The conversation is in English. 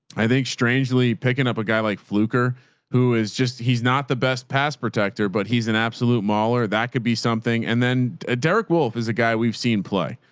i think strangely picking up a guy like fluker who is just, he's not the best pass protector, but he's an absolute mahler. that could be something. and then ah derek wolfe is a guy we've seen play.